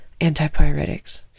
Antipyretics